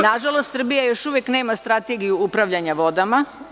Nažalost, Srbija još uvek nema strategiju upravljanja vodama.